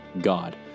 God